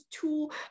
tool